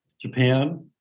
Japan